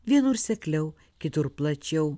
vienur sekliau kitur plačiau